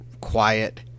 quiet